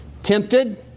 Tempted